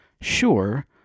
Sure